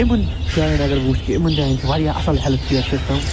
یِمن جاین اگر بہٕ وٕچھ کہِ یِمن جاین چھِ واریاہ اصٕل ہٮ۪لٕتھ کِیَر سِسٹَم